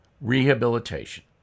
rehabilitation